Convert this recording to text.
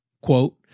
Quote